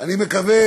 אני מקווה